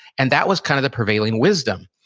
and that was kind of the prevailing wisdom.